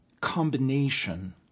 combination